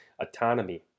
autonomy